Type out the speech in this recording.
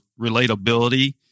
relatability